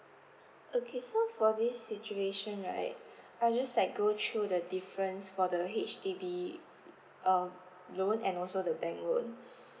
okay so for this situation right I'll just like go through the difference for the H_D_B um loan and also the bank loan